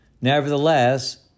Nevertheless